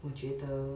我觉得